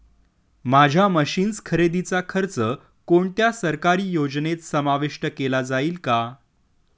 माझ्या मशीन्स खरेदीचा खर्च कोणत्या सरकारी योजनेत समाविष्ट केला जाईल का?